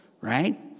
right